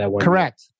Correct